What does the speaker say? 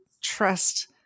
trust